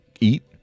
eat